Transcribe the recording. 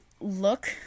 look